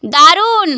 দারুণ